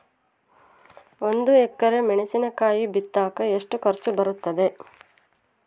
ಒಂದು ಎಕರೆ ಮೆಣಸಿನಕಾಯಿ ಬಿತ್ತಾಕ ಎಷ್ಟು ಖರ್ಚು ಬರುತ್ತೆ?